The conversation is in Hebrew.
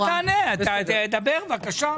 אל תענה; דבר, בבקשה.